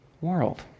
world